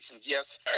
Yes